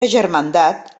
germandat